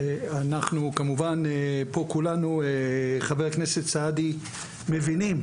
פה כולנו מבינים,